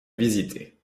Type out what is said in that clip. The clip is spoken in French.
visitée